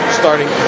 starting